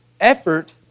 effort